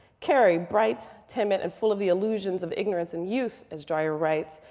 carrie, bright, timid, and full of the illusions of ignorance in youth, as dreiser writes,